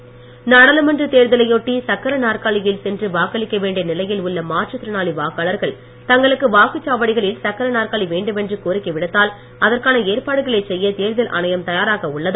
சர்க்கர நாற்காலி நாடாளுமன்ற தேர்தலையொட்டி சக்கர நாற்காலியில் சென்று வாக்களிக்க வேண்டிய நிலையில் உள்ள மாற்றுத்திறனாளி வாக்காளர்கள் தங்களுக்கு வாக்குச் சாவடிகளில் சக்கர நாற்காலி வேண்டுமென்று கோரிக்கை விடுத்தால் அதற்கான ஏற்பாடுகளைச் செய்ய தேர்தல் ஆணையம் தயாராக உள்ளது